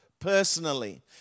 personally